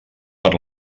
per